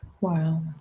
Wow